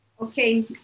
Okay